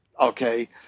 okay